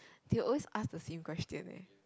they always ask the same question eh